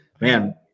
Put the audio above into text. man